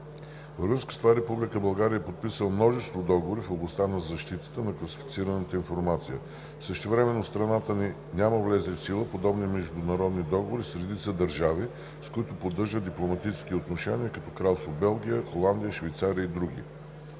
Във връзка с това Република България е подписала множество договори в областта на защитата на класифицираната информация. Същевременно страната ни няма влезли в сила подобни международни договори с редица държави, с които поддържа дипломатически отношения, като Кралство Белгия, Холандия, Швейцария и др.